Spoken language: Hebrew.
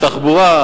תחבורה,